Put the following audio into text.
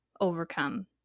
overcome